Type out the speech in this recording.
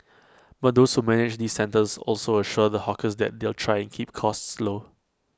but those who manage these centres also assure the hawkers that they'll try and keep costs low